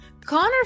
Connor